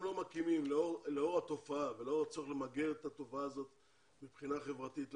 לאור התופעה ולאור הצורך למגר את התופעה הזאת מבחינה חברתית,